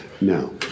no